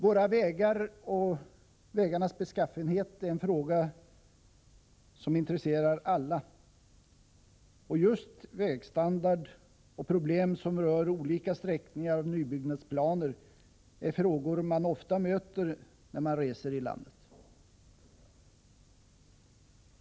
Våra vägar och vägarnas beskaffenhet är en fråga som intresserar alla, och just frågor om vägstandard och om olika sträckningar vid nybyggnadsplaner möter man ofta när man reser i landet.